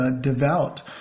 devout